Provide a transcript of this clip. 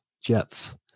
Jets